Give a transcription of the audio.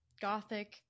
Gothic